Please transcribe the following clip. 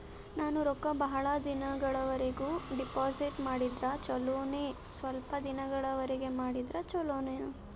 ನಾನು ರೊಕ್ಕ ಬಹಳ ದಿನಗಳವರೆಗೆ ಡಿಪಾಜಿಟ್ ಮಾಡಿದ್ರ ಚೊಲೋನ ಸ್ವಲ್ಪ ದಿನಗಳವರೆಗೆ ಮಾಡಿದ್ರಾ ಚೊಲೋನ?